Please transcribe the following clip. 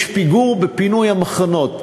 יש פיגור בפינוי המחנות.